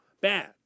bad